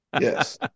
Yes